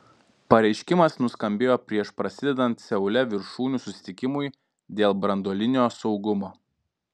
pareiškimas nuskambėjo prieš prasidedant seule viršūnių susitikimui dėl branduolinio saugumo